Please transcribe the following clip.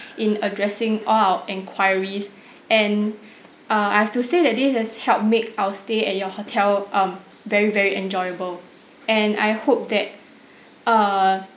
in addressing all our enquiries and err I have to say that this has helped make our stay at your hotel um very very enjoyable and I hope that err